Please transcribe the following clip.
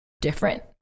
different